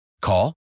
Call